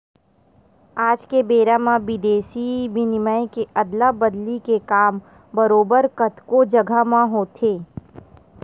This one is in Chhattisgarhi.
आज के बेरा म बिदेसी बिनिमय के अदला बदली के काम बरोबर कतको जघा म होथे